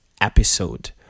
episode